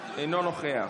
אינו נוכח,